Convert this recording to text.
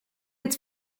its